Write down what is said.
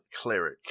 cleric